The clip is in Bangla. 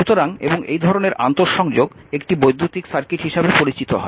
সুতরাং এবং এই ধরনের আন্তঃসংযোগ একটি বৈদ্যুতিক সার্কিট হিসাবে পরিচিত হয়